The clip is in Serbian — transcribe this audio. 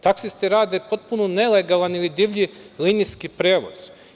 Taksisti rade potpuno nelegalan ili divlji linijski prevoz.